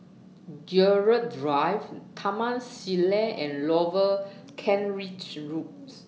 Gerald Drive Taman Sireh and Lower Kent Ridge Roads